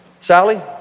Sally